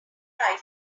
rifle